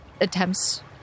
attempts